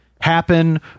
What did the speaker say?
happen